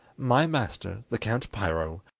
my master, the count piro,